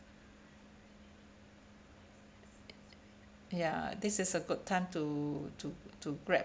ya this is a good time to to to grab